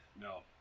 No